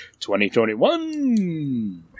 2021